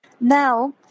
Now